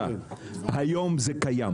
היום זה קיים.